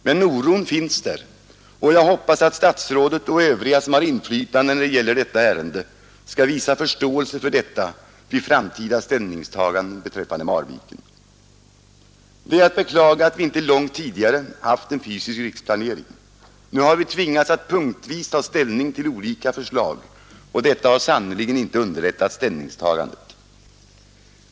Men oron finns där, och jag hoppas att statsrådet och övriga som har inflytande när det gäller detta ärende skall visa förståelse för detta vid framtida ställningstaganden beträffande Marviken. Det är att beklaga att vi inte långt tidigare haft en fysisk riksplanering. Nu har vi tvingats att punktvis ta ställning till olika förslag, och detta har sannerligen inte underlättat ställningstagandena.